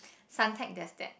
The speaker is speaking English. Suntec there's that